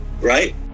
right